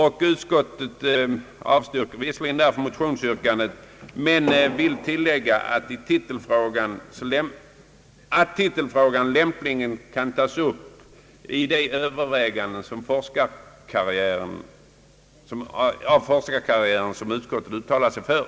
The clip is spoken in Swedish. Utskottet avstyrker visserligen motionens yrkande men tilllägger att titelfrågan lämpligen kan tas upp vid de överväganden om forskarkarriären som utskottet uttalat sig för.